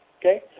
okay